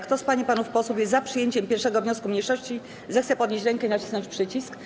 Kto z pań i panów posłów jest za przyjęciem 1. wniosku mniejszości, zechce podnieść rękę i nacisnąć przycisk.